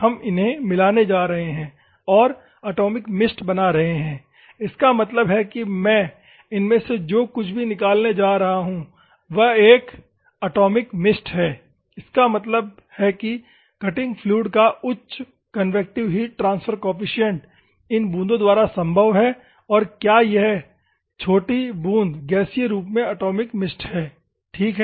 हम इन्हे मिलाने जा रहे हैं और एटॉमिक मिस्ट बना रहे हैं इसका मतलब है कि मैं इनमें से जो कुछ भी निकालने जा रहा हूं वह एक अट्मॉस मिस्ट है इसका मतलब है कि कटिंग फ्लूइड का उच्च कन्वेक्टिव हीट ट्रांसफर कोफिसिएंट इन बूंदों द्वारा संभव है और क्या यह छोटी बूंद गैसीय रूप में एटॉमिक मिस्ट है ठीक है